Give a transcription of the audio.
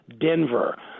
Denver